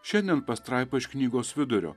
šiandien pastraipa iš knygos vidurio